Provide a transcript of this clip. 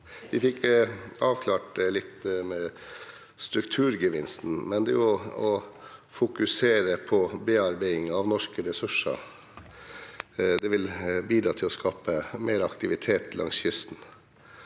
Vi fikk avklart litt om strukturgevinsten, men det å fokusere på bearbeiding av norske ressurser, vil bidra til å skape mer aktivitet langs kysten.